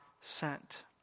sent